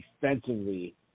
defensively